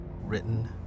written